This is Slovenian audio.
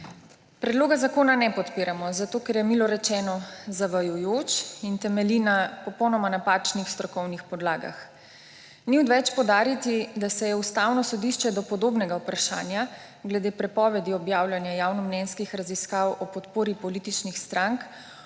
Predloga zakona ne podpiramo, zato ker je milo rečeno zavajajoč in temelji na popolnoma napačnih strokovnih podlagah. Ni odveč poudariti, da se je Ustavno sodišče do podobnega vprašanja glede prepovedi objavljana javnomnenjskih raziskav o podpori političnih strank